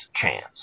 chance